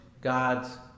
God's